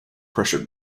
pressure